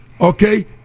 Okay